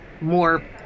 more